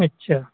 اچھا